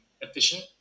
efficient